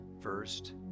first